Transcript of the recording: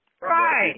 right